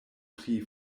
tri